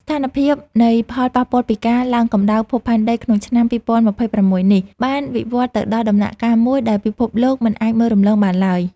ស្ថានភាពនៃផលប៉ះពាល់ពីការឡើងកម្ដៅភពផែនដីក្នុងឆ្នាំ ២០២៦ នេះ បានវិវឌ្ឍទៅដល់ដំណាក់កាលមួយដែលពិភពលោកមិនអាចមើលរំលងបានឡើយ។